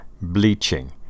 Bleaching